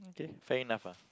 okay fair enough ah